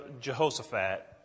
Jehoshaphat